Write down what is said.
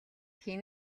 хэн